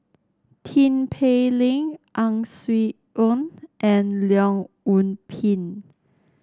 Tin Pei Ling Ang Swee Aun and Leong Yoon Pin